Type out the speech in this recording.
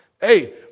hey